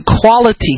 quality